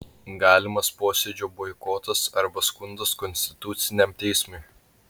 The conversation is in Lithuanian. galimas posėdžio boikotas arba skundas konstituciniam teismui